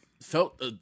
Felt